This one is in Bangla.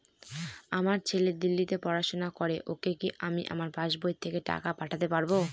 আমার ছেলে দিল্লীতে পড়াশোনা করে ওকে কি আমি আমার পাসবই থেকে টাকা পাঠাতে পারব?